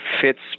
fits